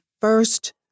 first